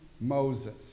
Moses